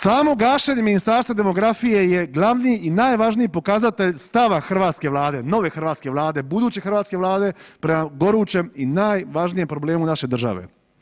Samo gašenje Ministarstva demografije je glavni i najvažniji pokazatelj stava hrvatske Vlade, nove hrvatske Vlade, buduće hrvatske Vlade prema gorućem i najvažnijem problemu naše države.